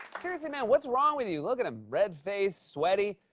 seriously, man, what's wrong with you? look at him red-faced, sweaty.